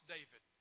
David